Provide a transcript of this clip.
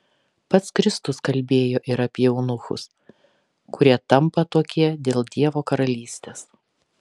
pats kristus kalbėjo ir apie eunuchus kurie tampa tokie dėl dievo karalystės